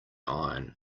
iron